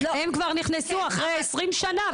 הם כבר נכנסו אחרי עשרים שנה,